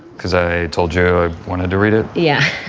because i told you i wanted to read it. yeah,